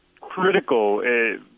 critical